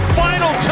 final